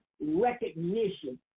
recognition